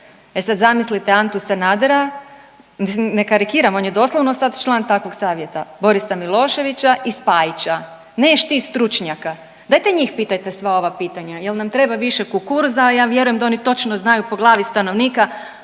E sad zamislite Antu Sanadera, mislim ne karikiram on je doslovno član takvog savjeta, Borisa Miloševića i Spajića. Neš ti stručnjaka. Dajte njih pitajte sva ova pitanja. Jel na treba više kukuruza, ja vjerujem da oni točno znaju po glavi stanovnika